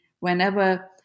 Whenever